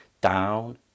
down